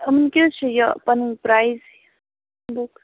یِمَن کیٛاہ حظ چھُ یہِ پَنُن پرایِز بُک